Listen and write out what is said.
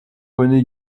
rené